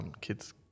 kids